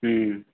হ্যাঁ